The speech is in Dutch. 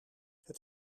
het